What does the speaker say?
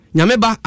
Nyameba